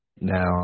now